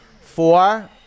Four